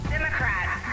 Democrats